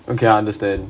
okay I understand